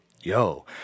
Yo